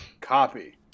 Copy